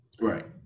Right